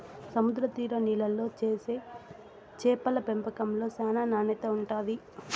సముద్ర తీర నీళ్ళల్లో చేసే చేపల పెంపకంలో చానా నాణ్యత ఉంటాది